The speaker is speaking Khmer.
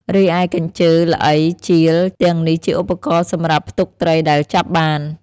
រីឯកញ្ជើ ល្អី ជាល ទាំងនេះជាឧបករណ៍សម្រាប់ផ្ទុកត្រីដែលចាប់បាន។